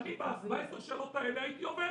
בעשר השאלות האלה הייתי עובר.